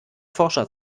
forscher